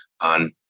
on